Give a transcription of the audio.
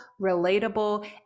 relatable